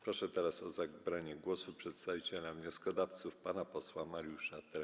Proszę teraz o zabranie głosu przedstawiciela wnioskodawców pana posła Mariusza Trepkę.